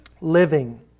living